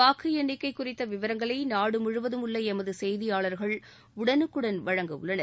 வாக்கு எண்ணிக்கை குறித்த விவரங்களை நாடு முழுவதும் உள்ள எமது செய்தியாளர்கள் உடவுக்குடன் வழங்க உள்ளனர்